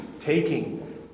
taking